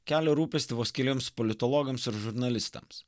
kelia rūpestį vos keliems politologams ir žurnalistams